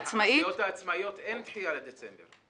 עצמאית --- בסיעות העצמאיות אין דחייה לדצמבר.